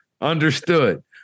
Understood